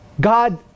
God